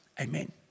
Amen